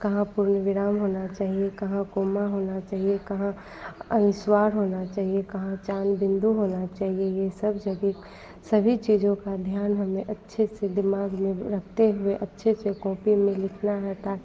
कहाँ पूर्णविराम होना चाहिए कहाँ कोमा होना चाहिए कहाँ अनुस्वर होना चाहिए कहाँ चंद्रबिन्दु होना चाहिए ये सब जगह सभी चीज़ों का ध्यान हमें अच्छे से दिमाग़ में रखते हुए अच्छे से कॉपी में लिखना है ताकि